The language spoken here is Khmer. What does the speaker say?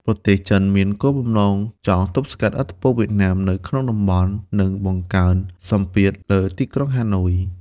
ប្រទេសចិនមានគោលបំណងចង់ទប់ស្កាត់ឥទ្ធិពលវៀតណាមនៅក្នុងតំបន់ និងបង្កើនសម្ពាធលើទីក្រុងហាណូយ។